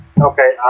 Okay